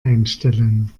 einstellen